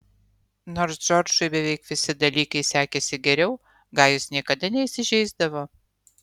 nors džordžui beveik visi dalykai sekėsi geriau gajus niekada neįsižeisdavo